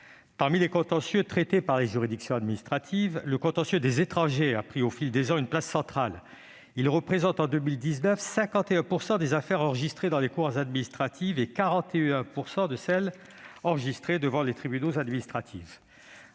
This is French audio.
Parmi les contentieux traités par les juridictions administratives, le contentieux des étrangers a pris, au fil des ans, une place centrale. Il représente, en 2019, 51 % des affaires enregistrées dans les cours administratives d'appel et 41 % de celles enregistrées dans les tribunaux administratifs.